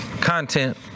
content